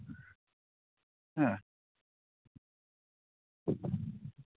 ᱦᱮᱸ